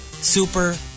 super